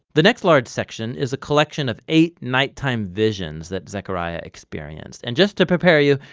the next large section is a collection of eight nighttime visions that zechariah experiences and just to prepare you,